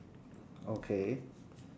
okay